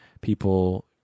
people